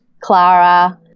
Clara